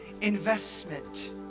investment